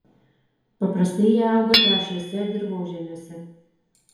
paprastai jie auga trąšiuose dirvožemiuose